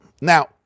Now